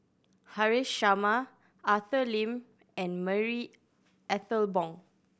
Haresh Sharma Arthur Lim and Marie Ethel Bong